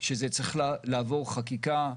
שזה צריך לעבור חקיקה.